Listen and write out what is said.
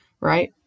right